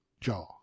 jaw